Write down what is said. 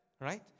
Right